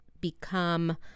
become